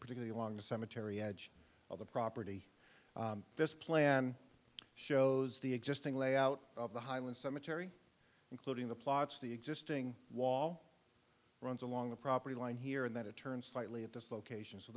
particular along the cemetery edge of the property this plan shows the existing layout of the highland cemetery including the plots the existing wall runs along the property line here and then it turned slightly at this location so